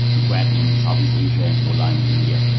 grab in southeast asia and ola in india.